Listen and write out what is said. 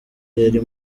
yari